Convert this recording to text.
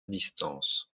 distance